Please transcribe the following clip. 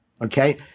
okay